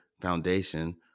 foundation